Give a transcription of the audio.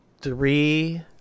three